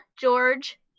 George